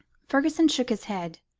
fergusson shook his head.